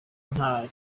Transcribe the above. nta